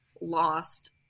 lost